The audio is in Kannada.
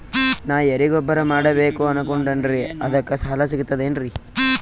ನಾ ಎರಿಗೊಬ್ಬರ ಮಾಡಬೇಕು ಅನಕೊಂಡಿನ್ರಿ ಅದಕ ಸಾಲಾ ಸಿಗ್ತದೇನ್ರಿ?